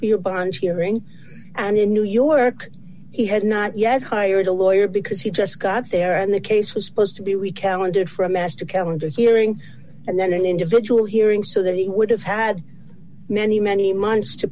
for your bunch hearing and in new york he had not yet hired a lawyer because he just got there and the case was supposed to be recounted from as to calendar hearing and then an individual hearing so that he would have had many many months to